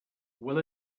will